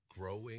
growing